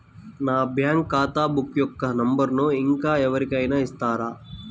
నా బ్యాంక్ ఖాతా బుక్ యొక్క నంబరును ఇంకా ఎవరి కైనా ఇస్తారా?